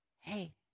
hey